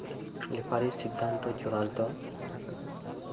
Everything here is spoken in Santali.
ᱨᱮᱯᱷᱟᱨᱤ ᱥᱤᱫᱽᱫᱷᱟᱱᱛᱚ ᱪᱩᱲᱟᱱᱛᱚ